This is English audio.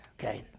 Okay